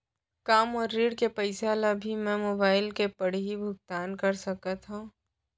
का मोर ऋण के पइसा ल भी मैं मोबाइल से पड़ही भुगतान कर सकत हो का?